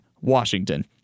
Washington